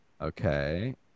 Okay